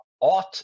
Ought